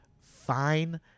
fine